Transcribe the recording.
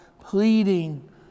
pleading